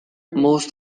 most